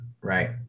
right